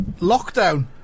Lockdown